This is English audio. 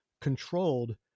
controlled